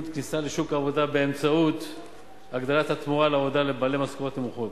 כניסה לשוק העבודה באמצעות הגדלת התמורה לעבודה לבעלי משכורות נמוכות.